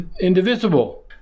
indivisible